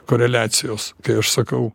koreliacijos kai aš sakau